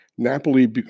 Napoli